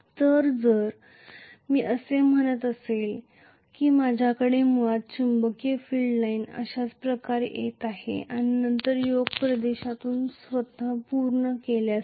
तर जर मी असे म्हणत असेल की माझ्याकडे मुळात चुंबकीय फील्ड लाइन अशाच प्रकारे येत आहे आणि नंतर योक प्रदेशातून स्वतः पूर्ण करेल